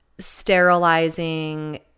sterilizing